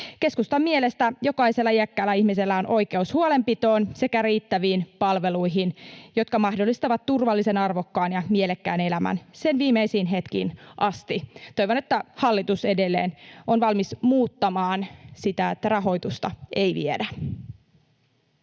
Keskustan mielestä jokaisella iäkkäällä ihmisellä on oikeus huolenpitoon sekä riittäviin palveluihin, jotka mahdollistavat turvallisen, arvokkaan ja mielekkään elämän sen viimeisiin hetkiin asti. Toivon, että hallitus edelleen on valmis muuttamaan sitä niin, että rahoitusta ei viedä.